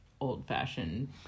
old-fashioned